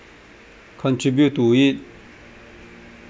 contribute to it